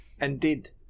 Indeed